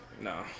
no